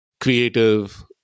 creative